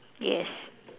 yes